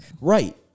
right